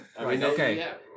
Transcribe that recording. Okay